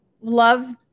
love